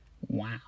Wow